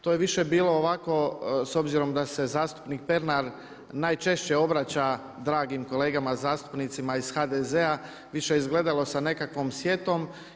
To je više bilo ovako s obzirom da se zastupnik Pernar najčešće obraća dragim kolegama zastupnicima iz HDZ-a, više je izgledalo sa nekakvom sjetom.